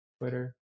Twitter